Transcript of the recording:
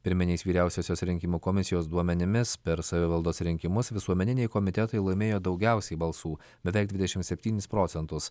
pirminiais vyriausiosios rinkimų komisijos duomenimis per savivaldos rinkimus visuomeniniai komitetai laimėjo daugiausiai balsų beveik dvidešim septynis procentus